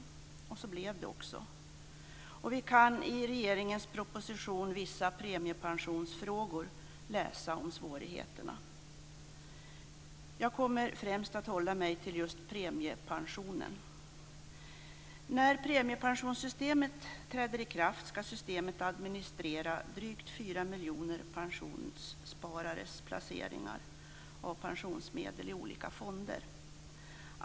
Så blev det också. Vi kan i regeringens proposition Vissa premiepensionsfrågor läsa om svårigheterna. Jag kommer främst att hålla mig till just premiepensionen. När premiepensionssystemet träder i kraft skall systemet administrera drygt 4 miljoner pensionssparares placeringar av pensionsmedel i olika fonder.